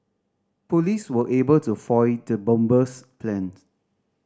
police were able to foil the bomber's plans